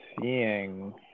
seeing